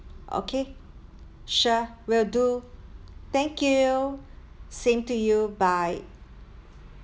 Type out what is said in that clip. okay sure will do thank you same to you bye